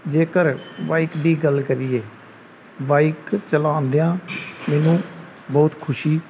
ਜੇਕਰ ਬਾਈਕ ਦੀ ਗੱਲ ਕਰੀਏ ਬਾਈਕ ਚਲਾਉਂਦਿਆਂ ਮੈਨੂੰ ਬਹੁਤ ਖੁਸ਼ੀ